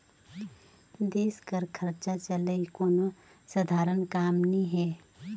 देस कर खरचा चलई कोनो सधारन काम नी हे